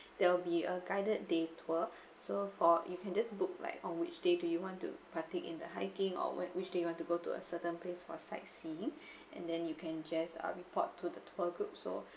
there'll be a guided day tour so for you can just book like on which day do you want to partake in the hiking or what which day you want to go to a certain place for sightseeing and then you can just uh report to the tour group so